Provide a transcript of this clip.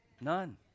None